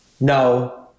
no